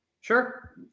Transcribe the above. Sure